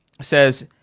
says